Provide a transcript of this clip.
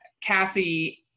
Cassie